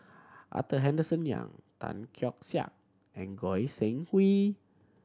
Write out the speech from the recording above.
Arthur Henderson Young Tan Keong Saik and Goi Seng Hui